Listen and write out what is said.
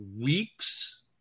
weeks